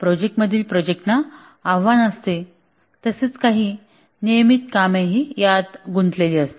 project मधील प्रोजेक्टना आव्हान असते तसेच काही नियमित कामेही यात गुंतलेली असतात